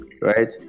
right